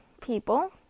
people